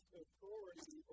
authority